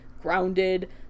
grounded